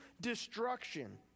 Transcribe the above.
destruction